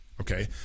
okay